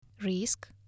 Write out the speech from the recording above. Risk